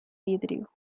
vidrio